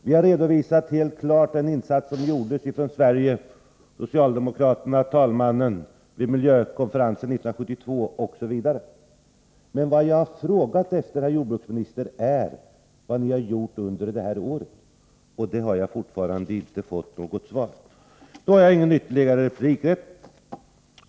Vi har klart redovisat den insats som gjordes från Sverige, av socialdemokraterna och av talmannen, vid miljökonferensen 1972 osv. Men vad jag har frågat efter, herr jordbruksminister, är vad ni har gjort under det här året, och det har jag fortfarande inte fått något svar på. Nu har jag inte rätt till någon ytterligare replik.